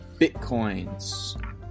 bitcoins